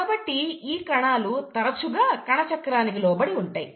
కాబట్టి ఈ కణాలు తరచుగా కణచక్రానికి లోబడి ఉంటాయి